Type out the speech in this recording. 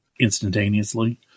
instantaneously